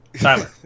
Tyler